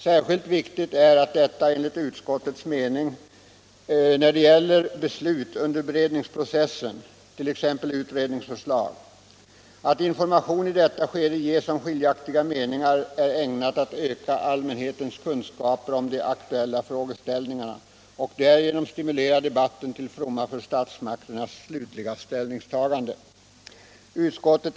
Särskilt viktigt är detta enligt utskottets mening när det gäller beslut under beredningsprocessen,t.ex. utredningsförslag. Att information i detta skede ges om skiljaktiga meningar är ägnat att öka allmänhetens kunskaper om de aktuella frågeställningarna och därigenom stimulera debatten till fromma för statsmakternas slutliga ställningstaganden.